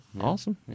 Awesome